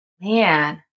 Man